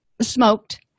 smoked